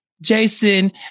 Jason